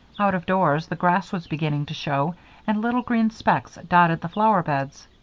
out of doors, the grass was beginning to show and little green specks dotted the flower beds.